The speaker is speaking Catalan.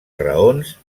raons